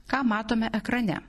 ką matome ekrane